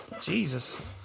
Jesus